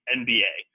nba